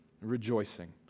rejoicing